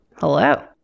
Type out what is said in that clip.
Hello